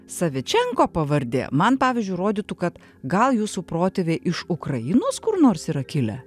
savičenko pavardė man pavyzdžiui rodytų kad gal jūsų protėviai iš ukrainos kur nors yra kilę